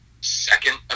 second